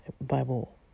Bible